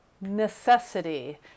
necessity